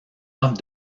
offre